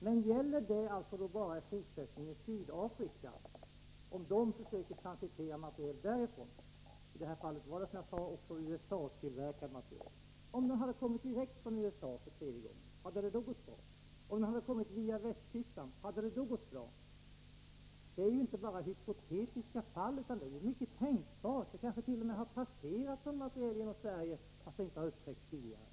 Men gäller den alltså i fortsättningen bara försök att transitera materiel från Sydafrika? I det här fallet var det, som jag sade, också USA-tillverkad materiel. Låt mig för tredje gången fråga: Hade det gått bra om materielen hade kommit direkt från USA? Om den kommit via Västtyskland, hade det då gått bra? Det här är inte bara hypotetiska fall. Det är mycket tänkbart att sådan materiel har passerat genom Sverige, fastän det inte har upptäckts tidigare.